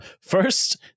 First